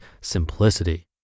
simplicity